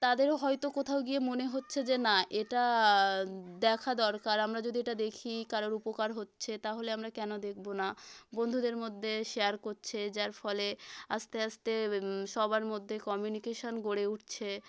তাদেরও হয়তো কোথাও গিয়ে মনে হচ্ছে যে না এটা দেখা দরকার আমরা যদি এটা দেখি কারোর উপকার হচ্ছে তাহলে আমরা কেনো দেখবো না বন্ধুদের মধ্যে শেয়ার করছে যার ফলে আস্তে আস্তে সবার মধ্যে কমিউনিকেশান গড়ে উঠছে